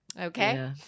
Okay